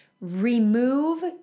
remove